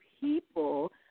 people